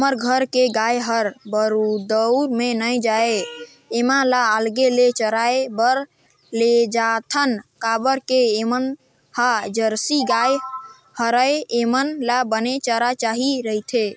हमर घर के गाय हर बरदउर में नइ जाये ऐमन ल अलगे ले चराए बर लेजाथन काबर के ऐमन ह जरसी गाय हरय ऐेमन ल बने चारा चाही रहिथे